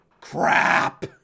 Crap